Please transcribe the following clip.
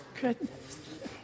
goodness